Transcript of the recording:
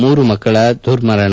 ಮೂರು ಮಕ್ಕಳ ದುರ್ಮರಣ